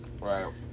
right